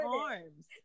arms